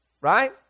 Right